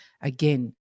Again